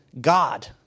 God